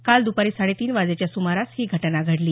काल दुपारी साडे तीन वाजेच्या सुमारास ही घटना घडली